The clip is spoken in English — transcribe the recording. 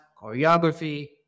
choreography